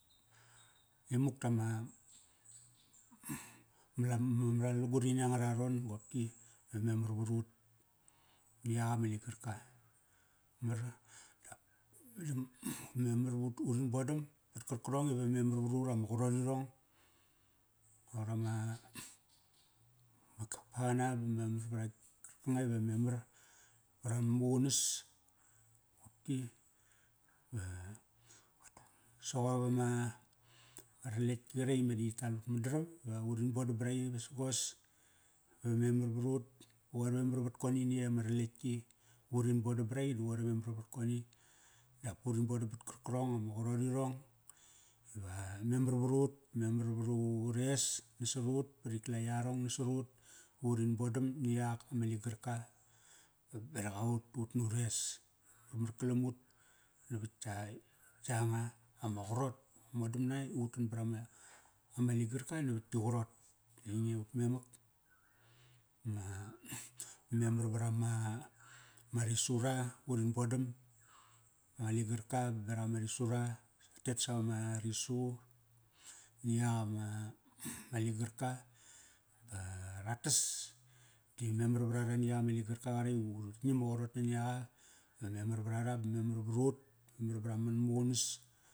Imuk tama ngara lugurini angara ron qopkiva memar varut ni yak ama ligarka. Mar memar ivu rin bodam vat karkarong iva memar varut ama qarot irong. Roqor ama, ma kapa qana ba memar vrama, karkanga ive memar vrama mamuqanas. Qopki soqop ama raletk ki qaretk i meda yi tal ma madaram ba urin bodam vraqi vesagos. Va memar varut, va qoir memar vat koni na yey ama raletk ki. Ba urm bodam braqi di qoir memar vat koni. Dap urin bodam bat karkarong ama qarot irong, iva memar varut, memar vat ures nasat ut, ba rik la yarong nasat ut. Va urin bodam ni yak ma ligarka berak aut ut na ures. Marmar kalam ut navat ya, yanga ama qarot, modamna i utan barama, ama ligarka navat tki qarot. Ainge ama ngat memak, ma memar vra ma, ma risu ra, urin bodam ma ligarka baberak ama risura. Ratet savama risu ni yak ama ma ligarka. Ba ra tas di memar vra ra ni yak ama ligarka qarak i urik ngiam ma qarot naniaqa. Va memar vra ra ba memamr varut, memar vra mamaqunas.